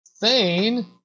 Thane